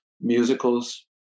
musicals